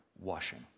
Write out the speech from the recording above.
washing